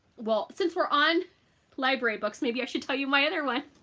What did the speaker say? well since we're on library books maybe i should tell you my other one.